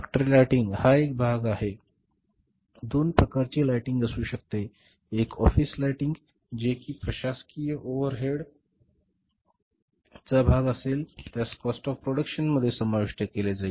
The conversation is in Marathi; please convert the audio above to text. फॅक्टरी लाइटिंग हा एक भाग आहे दोन प्रकारची लाइटिंग असू शकते एक ऑफिस लाइटिंग जे की प्रशासकीय ओव्हरहेडचा भाग असेल त्यास काॅस्ट ऑफ प्रोडक्शन मध्ये समाविष्ट केले जाईल